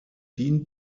dient